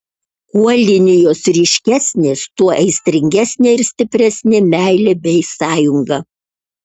kuo linijos ryškesnės tuo aistringesnė ir stipresnė meilė bei sąjunga